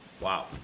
Wow